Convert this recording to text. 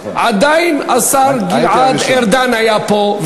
עדיין השר גלעד ארדן היה פה,